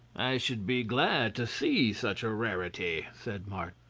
i should be glad to see such a rarity, said martin.